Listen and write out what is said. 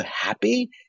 happy